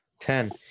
Ten